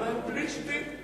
לא גיאוגרפיה פלסטינית,